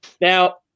Now